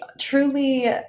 truly